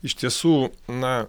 iš tiesų na